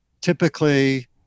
typically